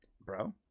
bro